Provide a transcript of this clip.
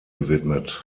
gewidmet